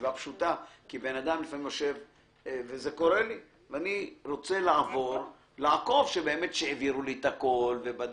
כי אני רוצה לעקוב שהעבירו לי את הכל.